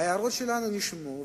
ההערות שלנו נשמעו,